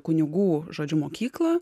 kunigų žodžiu mokyklą